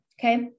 okay